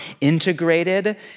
integrated